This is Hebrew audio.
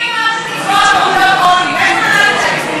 מי אמר שקצבאות מורידות עוני?